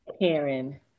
Karen